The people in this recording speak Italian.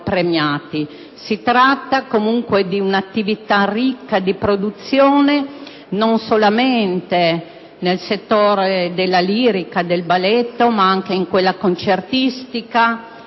Si tratta comunque di un'attività ricca di produzione non solamente nei settori della lirica e del balletto, ma anche in quello concertistico